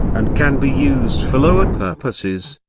and can be used for lower purposes,